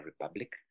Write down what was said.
Republic